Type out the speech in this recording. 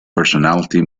personality